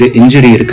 injury